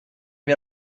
wir